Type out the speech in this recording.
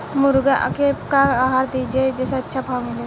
मुर्गा के का आहार दी जे से अच्छा भाव मिले?